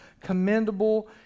commendable